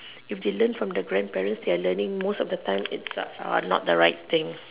if they learn from the grandparents they are learning most of the time not the right thing